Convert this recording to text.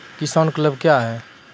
किसान क्लब क्या हैं?